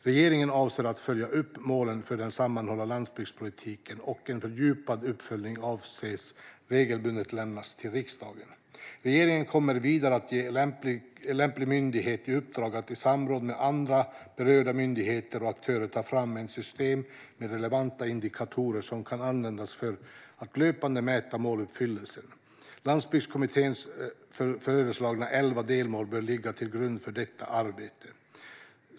Regeringen avser att följa upp målen för den sammanhållna landsbygdspolitiken, och en fördjupad uppföljning avses regelbundet lämnas till riksdagen. Regeringen kommer vidare att ge en lämplig myndighet i uppdrag att i samråd med andra berörda myndigheter och aktörer ta fram ett system med relevanta indikatorer som kan användas för att löpande mäta måluppfyllelsen. Landsbygdskommitténs föreslagna elva delmål bör ligga till grund för detta arbete.